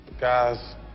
Guys